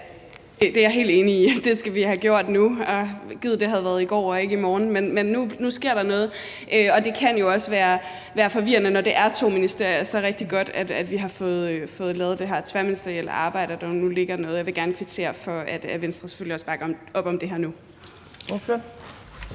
Det er jeg helt enig i. Det skal vi have gjort nu, og gid det havde været i går og ikke i morgen. Men nu sker der noget. Og det kan jo også være forvirrende, når det er i to ministerier. Så rigtig godt, at vi har fået lavet det her tværministerielle arbejde og der nu ligger noget. Og jeg vil gerne kvittere for, at Venstre også bakker op om det her nu.